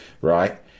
right